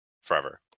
forever